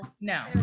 No